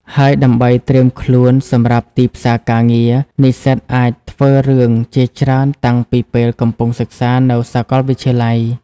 ហើយដើម្បីត្រៀមខ្លួនសម្រាប់ទីផ្សារការងារ និស្សិតអាចធ្វើរឿងជាច្រើនតាំងពីពេលកំពុងសិក្សានៅសាកលវិទ្យាល័យ។